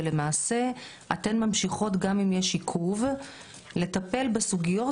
ולמעשה אתן ממשיכות גם אם יש עיכוב לטפל בסוגיות,